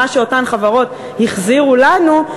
מה שאותן חברות החזירו לנו,